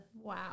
Wow